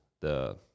the-